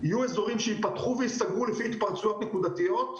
יהיו אזורים שייפתחו וייסגרו לפי התפרצויות נקודתיות,